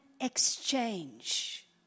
exchange